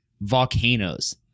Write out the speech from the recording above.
volcanoes